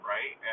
Right